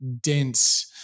dense